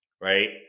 right